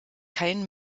kein